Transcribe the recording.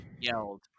yelled